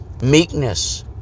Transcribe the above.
meekness